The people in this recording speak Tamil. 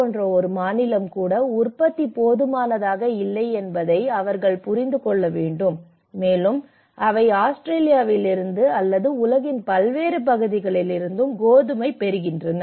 போன்ற ஒரு மாநிலம் கூட உற்பத்தி போதுமானதாக இல்லை என்பதை அவர்கள் புரிந்து கொள்ள வேண்டும் மேலும் அவை ஆஸ்திரேலியாவிலிருந்து அல்லது உலகின் பல்வேறு பகுதிகளிலிருந்தும் கோதுமை பெறுகின்றன